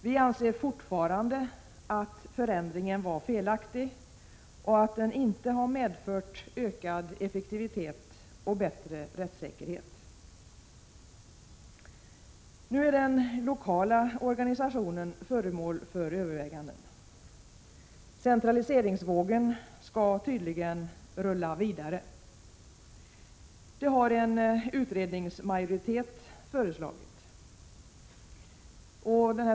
Vi anser fortfarande att förändringen var felaktig och att den inte har medfört ökad effektivitet och bättre rättssäkerhet. Nu är den lokala organisationen föremål för överväganden. Centraliseringsvågen skall tydligen rulla vidare. Det har en utredningsmajoritet föreslagit.